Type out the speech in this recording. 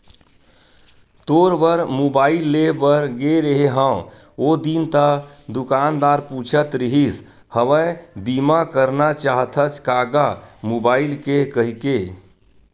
तोर बर मुबाइल लेय बर गे रेहें हव ओ दिन ता दुकानदार पूछत रिहिस हवय बीमा करना चाहथस का गा मुबाइल के कहिके